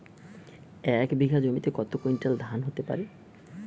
এক বিঘা জমিতে কত কুইন্টাল ধান হতে পারে?